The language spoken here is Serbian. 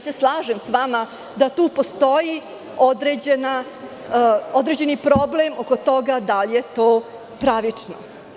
Slažem se sa vama da tu postoji određeni problem oko toga da li je to pravično.